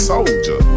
Soldier